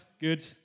Good